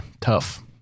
tough